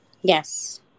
Yes